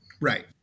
Right